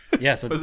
Yes